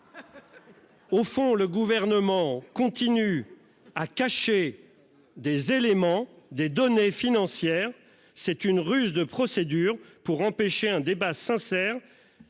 Au fond, le gouvernement continue à cacher des éléments des données financières c'est une Russe de procédure pour empêcher un débat sincère.